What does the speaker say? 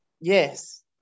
Yes